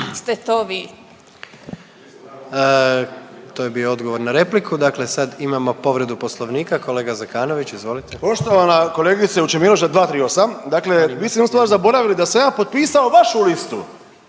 To je bio odgovor na repliku. Dakle, sad imamo povredu Poslovnika, kolega Zekanović. Izvolite. **Zekanović, Hrvoje (HDS)** Poštovana kolegice Vučemilović 238., dakle vi ste jednu stvar zaboravili da sam ja potpisao vašu listu